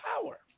power